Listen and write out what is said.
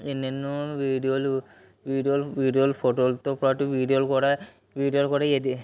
ఎన్నెనో వీడియోలు వీడియోలు వీడియోలు ఫొటోలతో పాటు వీడియోలు కూడా